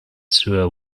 sewer